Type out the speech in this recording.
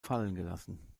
fallengelassen